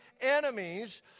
enemies